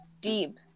deep